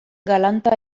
galanta